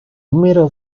middle